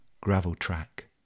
gravel-track